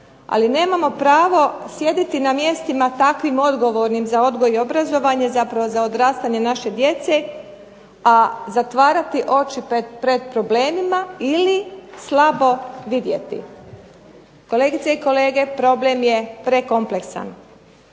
ali nemamo pravo sjediti na mjestima takvim odgovornim za odgoj i obrazovanje, zapravo za odrastanje naše djece a zatvarati oči pred problemima ili slabo vidjeti. Kolegice i kolege, problem je prekompleksan.